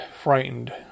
frightened